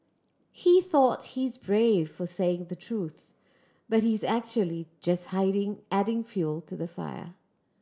he thought he's brave for saying the truth but he's actually just hiding adding fuel to the fire